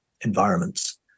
environments